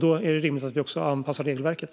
Då är det rimligt att vi också anpassar regelverket.